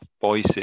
voices